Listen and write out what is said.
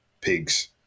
pigs